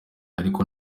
ariko